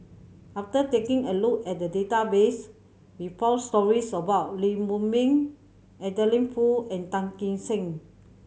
after taking a look at the database we found stories about Lee Huei Min Adeline Foo and Tan Kim Seng